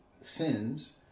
sins